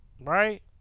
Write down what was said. Right